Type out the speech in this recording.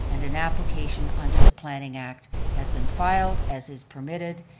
and an application under the planning act has been filed, as is permitted,